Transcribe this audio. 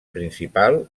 principal